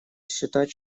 считать